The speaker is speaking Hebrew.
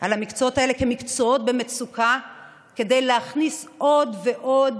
על המקצועות האלה כמקצועות במצוקה כדי להכניס עוד ועוד